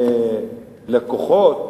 ללקוחות,